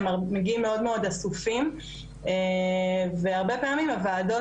הם מגיעים מאוד אסופים והרבה פעמים הוועדות,